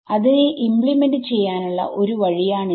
അതിനെ ഇമ്പ്ലിമെന്റ് ചെയ്യാനുള്ള ഒരു വഴി ആണിത്